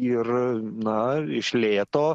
ir na iš lėto